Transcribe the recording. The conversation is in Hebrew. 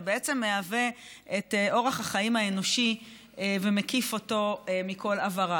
ובעצם מהווה את אורח החיים האנושי ומקיף אותו מכל עבריו.